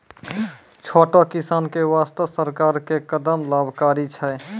छोटो किसान के वास्तॅ सरकार के है कदम लाभकारी छै